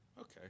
okay